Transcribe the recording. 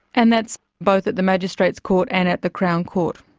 and that's both at the magistrates' court and at the crown court?